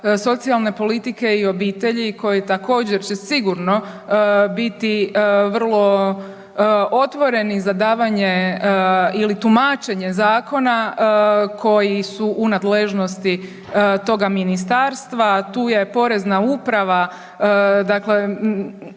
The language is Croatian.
socijalne politike i obitelji koji također će sigurno biti vrlo otvoreni za davanje ili tumačenje zakona koji su u nadležnosti toga ministarstva. Tu je Porezna uprava, dakle